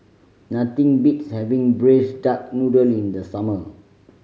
nothing beats having Braised Duck Noodle in the summer